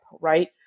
right